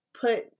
put